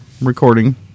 recording